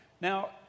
Now